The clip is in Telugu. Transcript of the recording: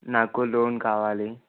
నాకు లోన్ కావాలి